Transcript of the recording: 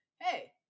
hey